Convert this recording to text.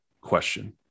question